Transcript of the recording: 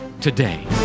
today